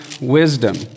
wisdom